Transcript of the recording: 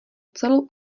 celou